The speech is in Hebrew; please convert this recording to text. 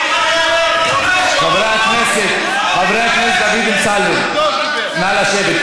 חברי הכנסת, חבר הכנסת דוד אמסלם, נא לשבת.